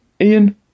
Ian